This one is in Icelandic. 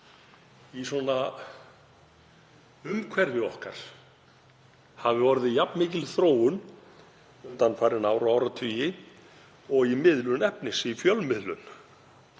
í umhverfi okkar hafi orðið jafn mikil þróun undanfarin ár og áratugi og í miðlun efnis, í fjölmiðlun.